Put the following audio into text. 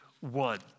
one